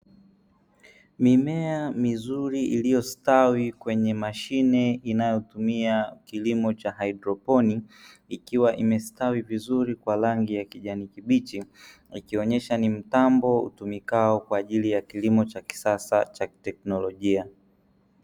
Mimea mizuri iliyostawi kwenye mashine inayotumia kilimo cha haidroponi ikiwa imestawi vizuri kwa rangi ya kijani kibichi, ikionesha ni mtambo utumikao kwa ajili ya kilimo cha kisasa cha kiteknolojia.